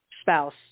spouse